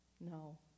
No